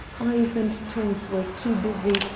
eyes and tongues were too busy,